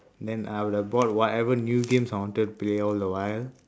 then I would have bought whatever new games I wanted to play all the while